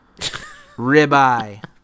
ribeye